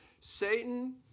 Satan